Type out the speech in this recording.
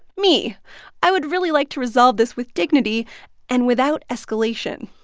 me i would really like to resolve this with dignity and without escalation.